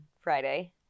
friday